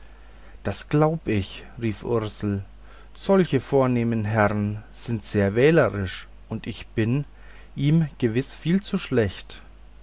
das glaub ich rief ursel solche vornehme herrn sind sehr wählerisch und ich bin ihm gewiß viel zu schlecht